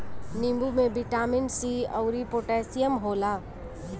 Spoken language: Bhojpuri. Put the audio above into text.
नींबू में बिटामिन सी अउरी पोटैशियम होला